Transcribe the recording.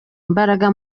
imbaraga